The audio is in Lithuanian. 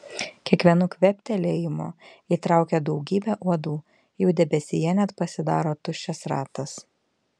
kiekvienu kvėptelėjimu įtraukia daugybę uodų jų debesyje net pasidaro tuščias ratas